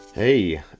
Hey